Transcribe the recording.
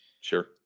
Sure